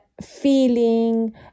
feeling